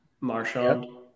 Marshall